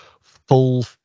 full